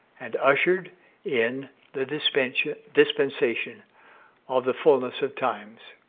and ushered in the dispensation dispensation of the fulness of times.